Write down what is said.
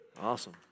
Awesome